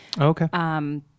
Okay